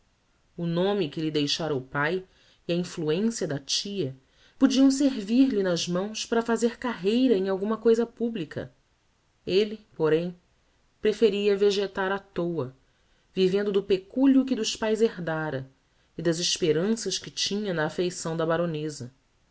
o nome que lhe deixara o pae e a influencia da tia podiam servir-lhe nas mãos para fazer carreira em alguma cousa publica elle porém preferia vegetar á toa vivendo do peculio que dos paes herdára e das esperanças que tinha na affeição de baroneza